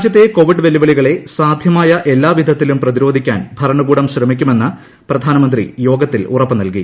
രാജ്യത്തെ കോവിഡ് വെ്ല്ലുവിളികളെ സാധ്യമായ എല്ലാവിധത്തിലും പ്രതിരോധിക്കാൻ ഭരണകൂടം ശ്രമിക്കുമെന്ന് പ്രധാനമന്ത്രി യോഗത്തിൽ ഉറപ്പുനൽകി